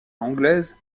anglaise